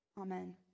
Amen